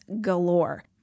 galore